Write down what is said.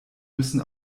müssen